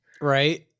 Right